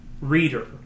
reader